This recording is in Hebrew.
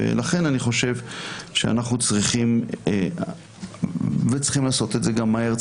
ולכן אני חושב שצריכים לעשות את זה מהר,